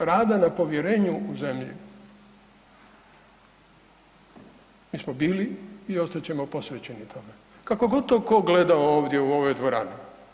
Što se tiče rada na povjerenju u zemlji, mi smo bili i ostat ćemo posvećeni tome, kako god to tko gledao ovdje u ovoj dvorani.